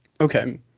Okay